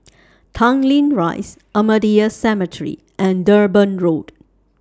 Tanglin Rise Ahmadiyya Cemetery and Durban Road